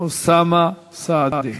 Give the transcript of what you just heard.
אוסאמה סעדי.